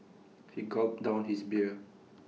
he gulped down his beer